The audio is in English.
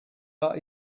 are